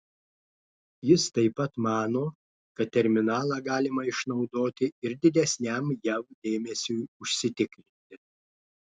jis taip pat mano kad terminalą galima išnaudoti ir didesniam jav dėmesiui užsitikrinti